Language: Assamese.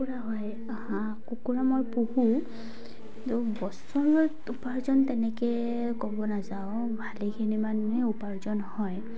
কুকুৰা হয় হাঁহ কুকুৰা মই পুহোঁ কিন্তু বছৰত উপাৰ্জন তেনেকে ক'ব নাযাওঁ ভালেখিনিমানে উপাৰ্জন হয়